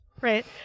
Right